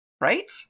Right